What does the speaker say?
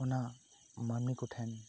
ᱚᱱᱟ ᱢᱟᱹᱱᱢᱤ ᱠᱚᱴᱷᱮᱱ